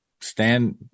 stand